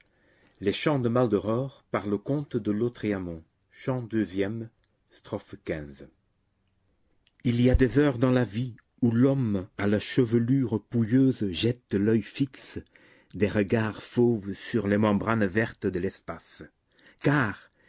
il y a des heures dans la vie où l'homme à la chevelure pouilleuse jette l'oeil fixe des regards fauves sur les membranes vertes de l'espace car